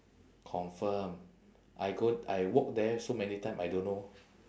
confirm I go I walk there so many time I don't know